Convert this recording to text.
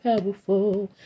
powerful